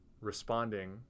responding